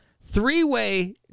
three-way